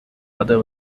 other